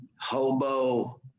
hobo